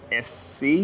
SC